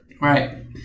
Right